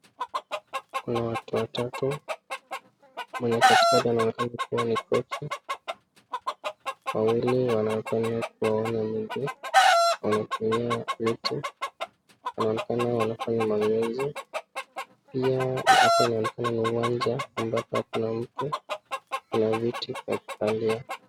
Kuna watu watatu, mwenye katikati anaonekana kuwa ni kochi, wawili wanaonekana kuwa hawana miguu, wanatumia miti, wanaonekana wanafanya mazoezi, pia hapa inaonekana ni uwanja ambapo hakuna mtu na viti ya kukalia.